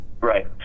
Right